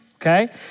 Okay